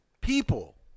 people